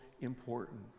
important